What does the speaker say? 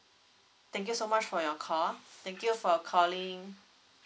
thank you so much for your call thank you for calling